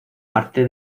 parte